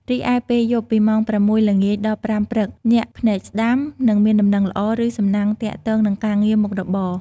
រីឯ ពេលយប់ ពីម៉ោង ៦ ល្ងាច ដល់ ៥ ព្រឹក ញាក់ភ្នែកស្តាំ នឹងមានដំណឹងល្អ ឬសំណាងទាក់ទងនឹងការងារមុខរបរ។